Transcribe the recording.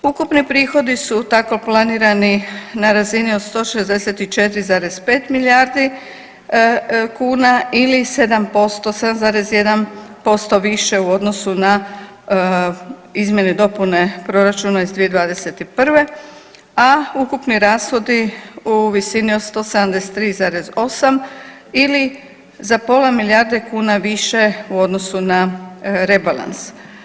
Ukupni prihodi su tako planirani na razini od 164,5 milijardi kuna ili 7%, 7,1% više u odnosu na izmjene i dopune Proračuna iz 2021., a ukupni rashodi u visini od 173,8 ili za pola milijarde kuna više u odnosu na rebalans.